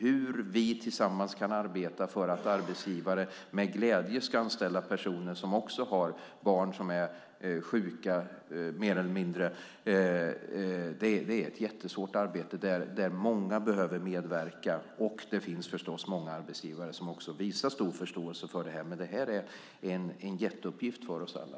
Men det är ett jättesvårt arbete där många behöver medverka för att ta reda på hur vi tillsammans kan arbeta för att arbetsgivare med glädje ska anställa personer som också har barn som är sjuka. Det finns förstås också många arbetsgivare som visar stor förståelse för det här, men det är en jätteuppgift för oss alla.